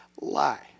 lie